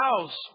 house